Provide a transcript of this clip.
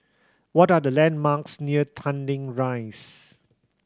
what are the landmarks near Tanglin Rise